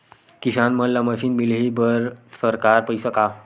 किसान मन ला मशीन मिलही बर सरकार पईसा का?